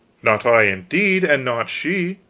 not i, indeed and not she.